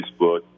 Facebook